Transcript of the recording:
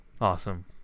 awesome